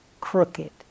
crooked